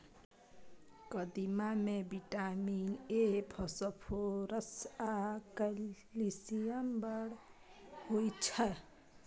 कदीमा मे vitamin A, phosphorus आ कैल्शियम बड़ होइ छै